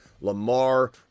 Lamar